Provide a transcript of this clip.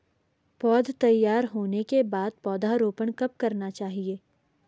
पौध तैयार होने के बाद पौधा रोपण कब करना चाहिए?